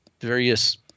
various